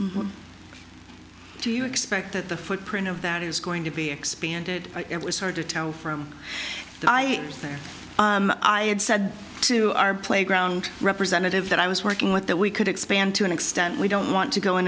do you expect that the footprint of that is going to be expanded it was hard to tell from the i think i had said to our playground representative that i was working with that we could expand to an extent we don't want to go in